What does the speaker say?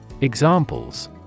Examples